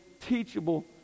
teachable